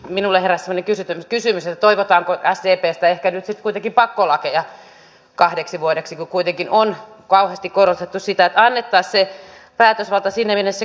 minulle heräsi semmoinen kysymys että toivotaanko sdpstä ehkä nyt sitten kuitenkin pakkolakeja kahdeksi vuodeksi kun kuitenkin on vahvasti korostettu sitä että annettaisiin se päätösvalta sinne minne se kuuluu